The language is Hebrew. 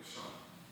בבקשה,